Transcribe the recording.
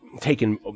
taken